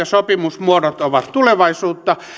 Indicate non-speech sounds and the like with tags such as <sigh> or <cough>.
<unintelligible> sopimusmuodot ovat tulevaisuutta